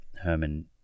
Herman